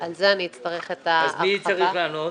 תגידי, הם יודעים שאנחנו נופלים עכשיו בהצבעה?